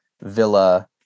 Villa